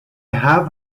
have